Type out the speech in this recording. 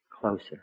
closer